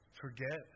forget